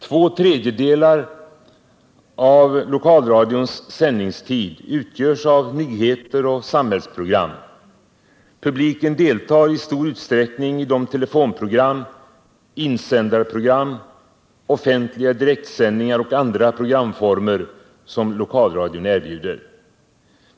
Två tredjedelar av lokalradions sändningstid utgörs av nyheter och samhällsprogram. Publiken deltar i stor utsträckning i de telefonprogram, insändarprogram, offentliga direktsändningar och andra programformer som lokalradion erbjuder.